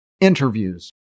interviews